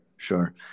Sure